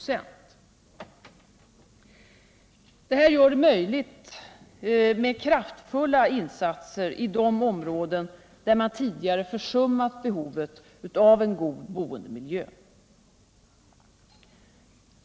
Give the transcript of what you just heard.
Detta bör göra det möjligt med kraftfulla insatser i de områden där man tidigare försummat behovet av en god boendemiljö.